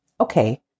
Okay